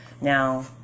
Now